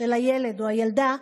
של הילד או הילדה,